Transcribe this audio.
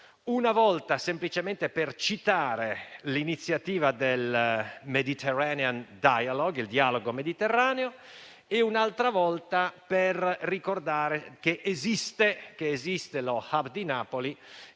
una volta semplicemente per citare l'iniziativa del *Mediterranean* *dialogue* (il dialogo mediterraneo) e l'altra per ricordare che esiste l'*hub* di Napoli